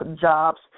jobs